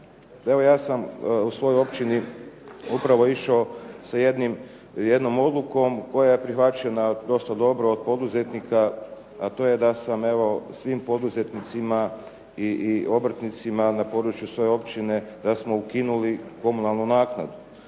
evo ja sam u svojoj općini upravo išao sa jednom odlukom koja je prihvaćena dosta dobro od poduzetnika, a to je da sam, evo svim poduzetnicima i obrtnicima na području svoje općine da smo ukinuli komunalnu naknadu.